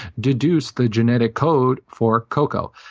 deduce the genetic code for coco.